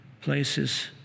places